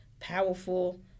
powerful